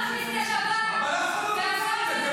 צריך להכניס את השב"כ --- את הילדה הזאת.